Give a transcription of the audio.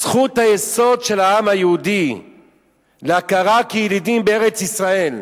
לזכות היסוד של העם היהודי להכרה כילידים בארץ-ישראל.